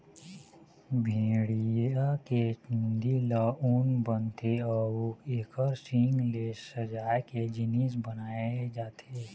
भेड़िया के चूंदी ले ऊन बनथे अउ एखर सींग ले सजाए के जिनिस बनाए जाथे